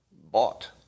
bought